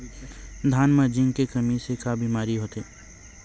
धान म जिंक के कमी से का बीमारी होथे?